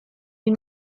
you